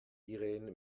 irene